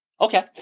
Okay